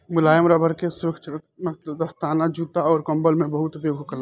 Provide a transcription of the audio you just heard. मुलायम रबड़ के सुरक्षात्मक दस्ताना, जूता अउर कंबल में बहुत उपयोग होखेला